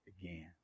again